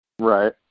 Right